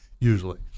usually